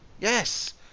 yes